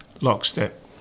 Lockstep